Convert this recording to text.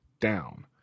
down